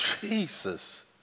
Jesus